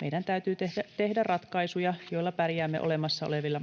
meidän täytyy tehdä ratkaisuja, joilla pärjäämme olemassa olevilla